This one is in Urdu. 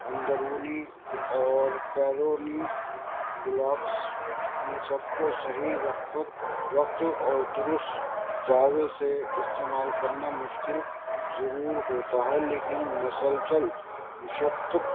اندرونی اور بیرونی بلاکس ان سب کو صحیح وقت پر وقت اور درست زاویہ سے استعمال کرنا مشکل ضرور ہوتا ہے لیکن مسلسل مشقت